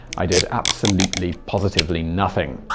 i did absolutely, positively nothing.